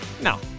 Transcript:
No